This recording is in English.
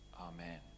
amen